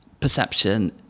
perception